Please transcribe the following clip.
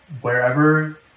wherever